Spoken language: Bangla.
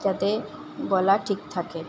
যাতে গলা ঠিক থাকে